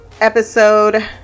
episode